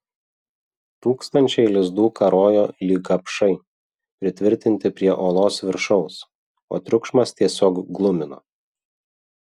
tūkstančiai lizdų karojo lyg kapšai pritvirtinti prie olos viršaus o triukšmas tiesiog glumino